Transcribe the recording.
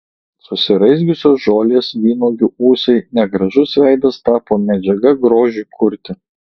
susiraizgiusios žolės vynuogių ūsai negražus veidas tapo medžiaga grožiui kurti